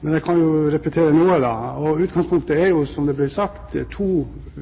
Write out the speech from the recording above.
Men jeg kan jo repetere noe. Utgangspunktet er, som det ble sagt, to